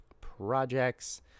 projects